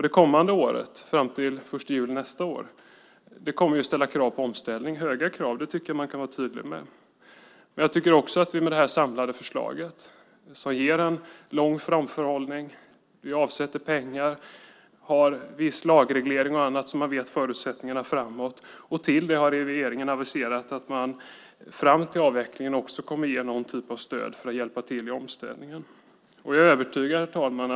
Det kommande året fram till den 1 juli nästa år kommer att ställa krav på omställning, höga krav. Det tycker jag att man kan vara tydlig med. Jag tycker också att vi med det här samlade förslaget ger en lång framförhållning. Vi avsätter pengar och har viss lagreglering och annat så att man känner till förutsättningarna framåt. Till det har regeringen aviserat att man fram till avvecklingen också kommer att ge någon typ av stöd för att hjälpa till vid omställningen. Herr talman!